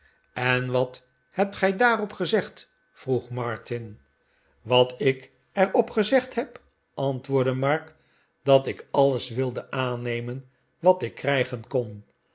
en wat hebt gij daarop gezegd vroeg martin wat ik er op gezegd heb antwoordde mark t dat ik alles wilde aannemen wat ik krijgen kon